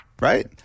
right